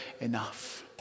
enough